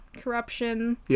Corruption